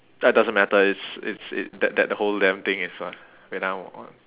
that doesn't matter it's it's it that that whole damn thing is a wait ah one